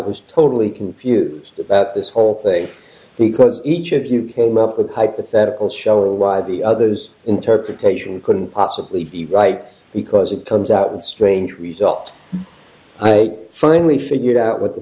was totally confused about this whole thing because each of you came up with a hypothetical show or why the others interpretation couldn't possibly be right because it comes out with strange results i finally figured out what the